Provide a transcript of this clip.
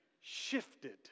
shifted